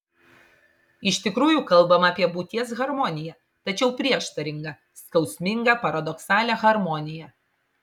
iš tikrųjų kalbama apie būties harmoniją tačiau prieštaringą skausmingą paradoksalią harmoniją